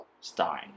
Stein